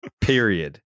Period